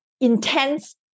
intense